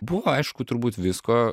buvo aišku turbūt visko